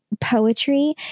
poetry